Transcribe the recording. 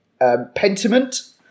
Pentiment